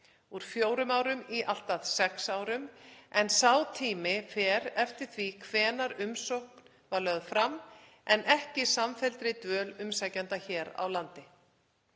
úr fjórum árum í allt að sex, en sá tími fer eftir því hvenær umsókn var lögð fram en ekki samfelldri dvöl umsækjanda hér á landi.